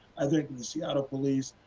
i think the seattle police,